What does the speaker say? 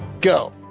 go